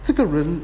这个人